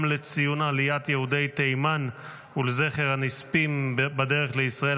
לציון עליית יהודי תימן ולזכר הנספים בדרך לישראל,